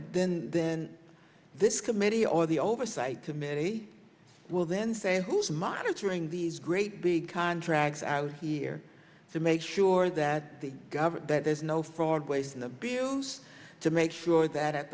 then then this committee or the oversight committee will then say who's monitoring these great big contracts i was here to make sure that the government that there's no fraud waste and abuse to make sure that at